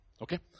Okay